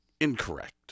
Incorrect